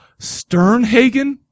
Sternhagen